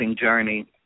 journey